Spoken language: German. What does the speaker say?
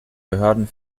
behörden